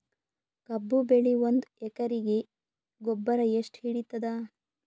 ಕಬ್ಬು ಬೆಳಿ ಒಂದ್ ಎಕರಿಗಿ ಗೊಬ್ಬರ ಎಷ್ಟು ಹಿಡೀತದ?